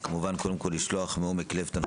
כמובן קודם כול לשלוח תנחומים